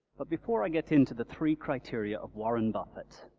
ah before i get into the three criteria of warren buffett,